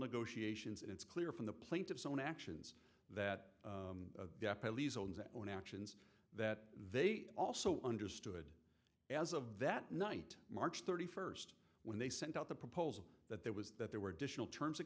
negotiations and it's clear from the plaintiff's own actions that owns their own actions that they also understood as of that night march thirty first when they sent out the proposal that there was that there were additional terms